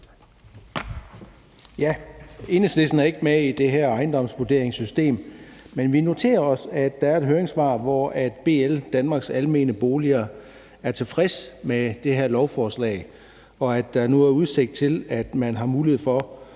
Enhedslisten er ikke med i det her ejendomsvurderingssystem, men vi noterer os, at der er et høringssvar, hvor BL – Danmarks Almene Boliger, er tilfredse med det her lovforslag. Der er nu udsigt til, at man har mulighed for